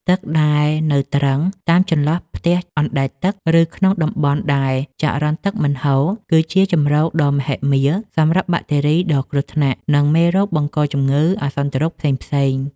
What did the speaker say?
ទឹកដែលនៅទ្រឹងតាមចន្លោះផ្ទះអណ្ដែតទឹក ឬក្នុងតំបន់ដែលចរន្តទឹកមិនហូរ គឺជាជម្រកដ៏មហិមាសម្រាប់បាក់តេរីដ៏គ្រោះថ្នាក់ និងមេរោគបង្កជំងឺអាសន្នរោគផ្សេងៗ។